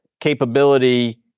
capability